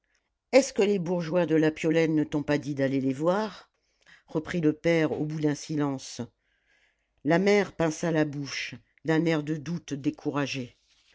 est-ce que les bourgeois de la piolaine ne t'ont pas dit d'aller les voir reprit le père au bout d'un silence la mère pinça la bouche d'un air de doute découragé